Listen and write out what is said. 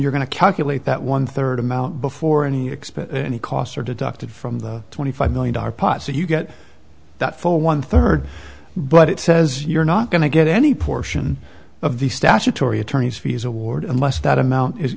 you're going to calculate that one third amount before and you expect any costs are deducted from the twenty five million dollars pot so you get that full one third but it says you're not going to get any portion of the statutory attorneys fees award unless that amount is